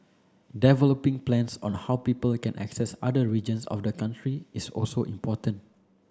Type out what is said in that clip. developing plans on how people can access other regions of the country is also important